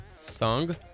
song